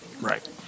Right